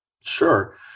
Sure